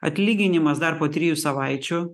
atlyginimas dar po trijų savaičių